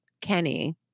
Kenny